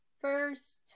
first